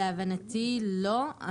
להבנתי לא.